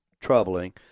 troubling